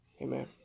Amen